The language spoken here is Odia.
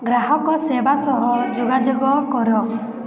ଗ୍ରାହକ ସେବା ସହ ଯୋଗାଯୋଗ କର